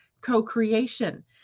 co-creation